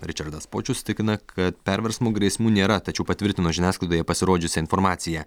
ričardas počius tikina kad perversmų grėsmių nėra tačiau patvirtino žiniasklaidoje pasirodžiusią informaciją